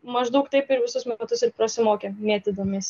maždaug taip ir visus metus ir prasimokėm mėtydamiesi